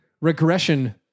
regression